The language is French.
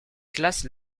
classes